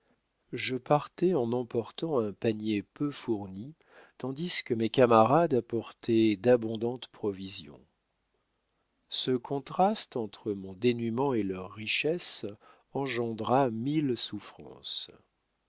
je partais en emportant un panier peu fourni tandis que mes camarades apportaient d'abondantes provisions ce contraste entre mon dénûment et leur richesse engendra mille souffrances